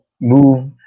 move